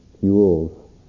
fuels